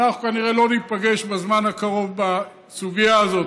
אנחנו כנראה לא ניפגש בזמן הקרוב בסוגיה הזאת.